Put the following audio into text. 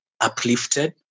uplifted